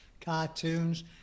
cartoons